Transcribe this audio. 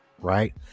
right